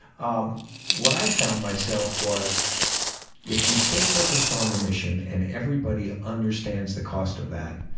um what i found, myself, was if you stay focused on the mission and everybody understands the cost of that,